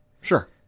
Sure